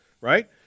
right